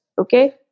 Okay